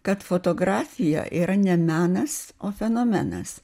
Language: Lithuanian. kad fotografija yra ne menas o fenomenas